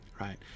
Right